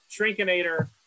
Shrinkinator